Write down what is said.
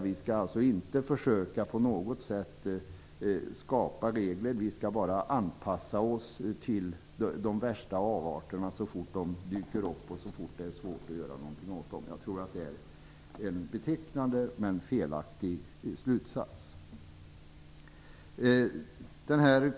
Vi skall alltså inte på något sätt försöka skapa regler, utan vi skall bara anpassa oss till de värsta avarterna så snart de dyker upp och så snart det är svårt att göra något åt dem. Det är en betecknande men felaktig slutsats.